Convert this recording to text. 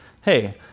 hey